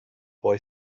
boy